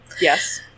Yes